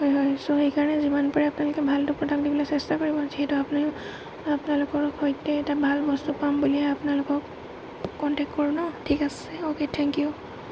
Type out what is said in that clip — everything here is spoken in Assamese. হয় হয় চ' সেইকাৰণে যিমান পাৰে আপোনালোকে ভালটো প্ৰডাক্ট দিবলৈ চেষ্টা কৰিব যিহেতু আপুনি আপোনালোকৰ সৈতে এটা ভাল বস্তু পাম বুলিয়ে আপোনালোকক কণ্টেক কৰোঁ নহ্ ঠিক আছে অ'কে থেংক ইউ